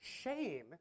Shame